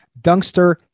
Dunkster